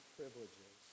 privileges